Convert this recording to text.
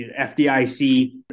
FDIC